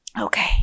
Okay